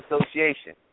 association